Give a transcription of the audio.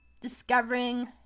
Discovering